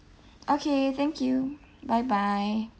okay thank you bye bye